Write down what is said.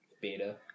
Beta